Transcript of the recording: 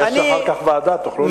יש אחר כך ועדה, תוכלו לדון.